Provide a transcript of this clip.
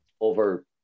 over